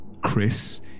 Chris